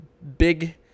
Big